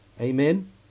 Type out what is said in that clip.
Amen